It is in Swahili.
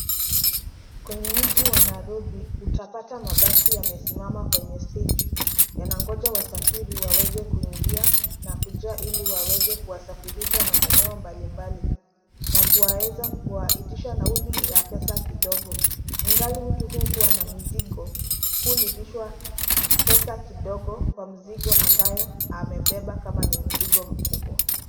Kwenye mji wa Nairobi utapata mabasi yamesimama kwenye steji yanagonja wasafiri waweze kuingia na kujaa ili waweze kuwasafirisha maeneo mbalimbali na kuwaeza kuwaitisha nauli ya pesa kidogo, ingali mtu hukuwa na mizigo, hulipishwa pesa kidogo kw mzigo ambayo amebeba kama ni mzigo mkubwa.